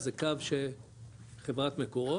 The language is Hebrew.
זה קו של חברת מקורות,